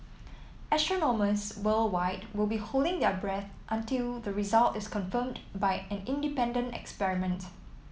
astronomers worldwide will be holding their breath until the result is confirmed by an independent experiment